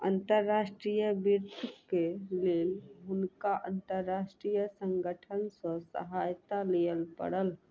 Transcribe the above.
अंतर्राष्ट्रीय वित्तक लेल हुनका अंतर्राष्ट्रीय संगठन सॅ सहायता लिअ पड़ल